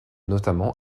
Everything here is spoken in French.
notamment